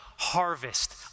Harvest